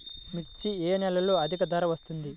మిర్చి ఏ నెలలో అధిక ధర వస్తుంది?